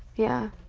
yeah,